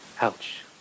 Ouch